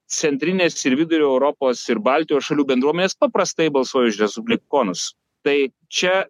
centrinės ir vidurio europos ir baltijos šalių bendruomenės paprastai balsuoja už respublikonus tai čia